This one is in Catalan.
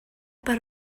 per